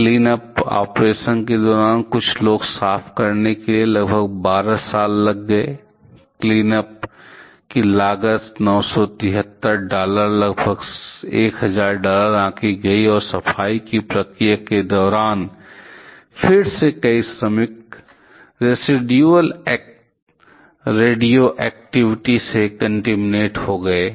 cleanup operation के दौरान सब कुछ साफ करने में लगभग 12 साल लग गए क्लीनअप की लागत 973 डॉलर लगभग 1000 डॉलर आंकी गई और सफाई की प्रक्रिया के दौरान फिर से कई श्रमिक रेसिडुअल रेडिओएक्टिवटि residual radioactivity से कन्टीमीनेट हो गये